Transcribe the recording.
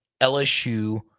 LSU